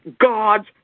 God's